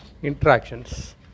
Interactions